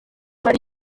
hari